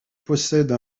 possède